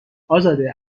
ازاده